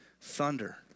thunder